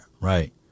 right